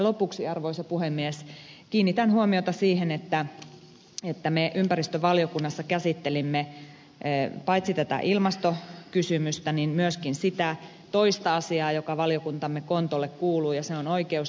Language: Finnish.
lopuksi arvoisa puhemies kiinnitän huomiota siihen että me ympäristövaliokunnassa käsittelimme paitsi tätä ilmastokysymystä myöskin sitä toista asiaa joka valiokuntamme kontolle kuuluu ja se on oikeus ihmisarvoiseen asumiseen